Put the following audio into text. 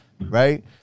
right